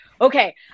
okay